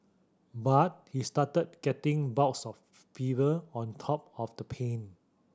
but he started getting bouts of fever on top of the pain